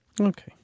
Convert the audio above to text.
Okay